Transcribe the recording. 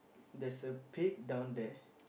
there's a pig down there